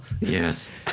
yes